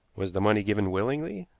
was the money given willingly?